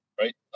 Right